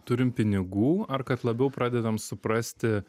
turim pinigų ar kad labiau pradedam suprasti